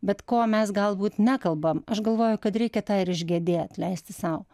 bet ko mes galbūt nekalbam aš galvoju kad reikia tą ir išgedėt leisti sau